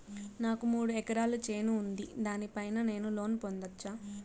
నాకు మూడు ఎకరాలు చేను ఉంది, దాని పైన నేను లోను పొందొచ్చా?